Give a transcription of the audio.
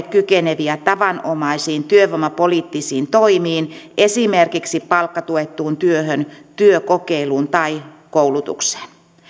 kykeneviä tavanomaisiin työvoimapoliittisiin toimiin esimerkiksi palkkatuettuun työhön työkokeiluun tai koulutukseen